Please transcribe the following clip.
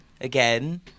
again